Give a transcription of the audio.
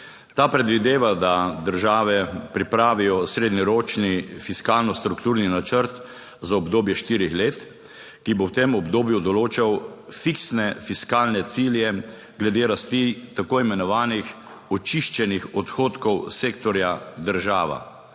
Ta predvideva, da države pripravijo srednjeročni fiskalno strukturni načrt za obdobje štirih let, ki bo v tem obdobju določal fiksne fiskalne cilje glede rasti tako imenovanih očiščenih odhodkov sektorja država.